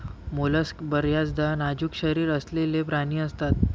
mollusc बर्याचदा नाजूक शरीर असलेले प्राणी असतात